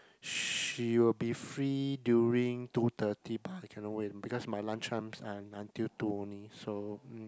she will be free during two thirty but I cannot wait because my lunch time are until two only so mm